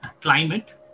climate